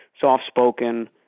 soft-spoken